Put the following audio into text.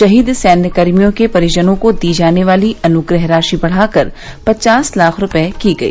शहीद सैन्यकर्मियों के परिजनों की दी जाने वाली अनुग्रह राशि बढ़ाकर पचास लाख रूपये की गई